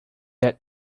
that